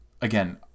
again